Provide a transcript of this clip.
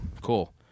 cool